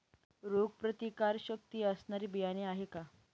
रोगप्रतिकारशक्ती असणारी बियाणे आहे का?